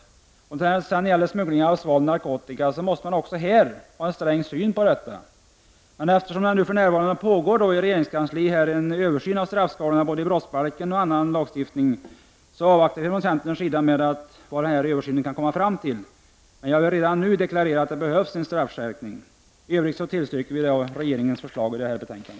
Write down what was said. Man måste också ha en sträng syn på smuggling av svald narkotika, Eftersom det i regeringskansliet för närvarande pågår en översyn av straffskalorna i brottsbalken och i annan lagstiftning, avvaktar vi i centern vad denna översyn kan komma fram till. Jag vill dock redan nu deklarera att det behövs en straffskärpning. I övrigt tillstyrker vi regeringens förslag i detta betänkande.